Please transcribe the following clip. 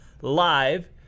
live